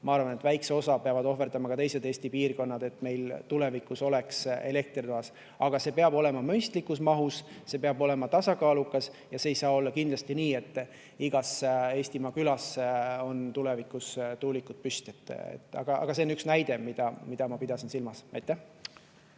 peavad väikse osa ohverdama ka teised Eesti piirkonnad, et meil tulevikus oleks elekter toas. Aga see peab olema mõistlikus mahus, see peab olema tasakaalukas ja see ei saa kindlasti olla nii, et igas Eestimaa külas on tulevikus tuulikud püsti. Aga see on üks näide, mida ma pidasin silmas. Aitäh!